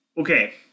Okay